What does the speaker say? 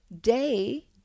day